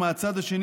ומן הצד השני,